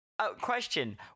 question